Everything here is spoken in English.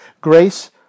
grace